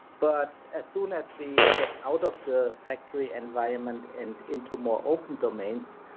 but as soon as we get out of the factory environment and into more open domains,